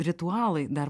ritualai dar